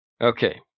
Okay